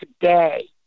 today